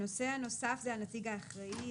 הנושא הנוסף הוא הנציג האחראי.